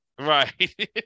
Right